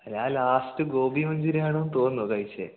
ഞാൻ last gobi manchurian ആണെന്നു തോന്നുന്നു കഴിച്ചത്